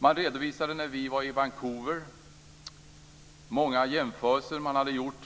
Man redovisade när vi var i Vancouver många jämförelser man hade gjort